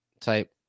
type